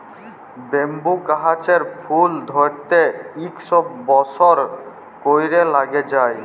bamboo গাহাচের ফুল ধ্যইরতে ইকশ বসর ক্যইরে ল্যাইগে যায়